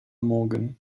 morgan